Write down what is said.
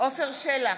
עפר שלח,